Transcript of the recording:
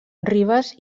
ribes